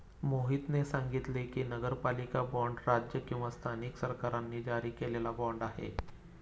मोहितने सांगितले की, नगरपालिका बाँड राज्य किंवा स्थानिक सरकारांनी जारी केलेला बाँड आहे